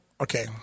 okay